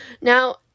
Now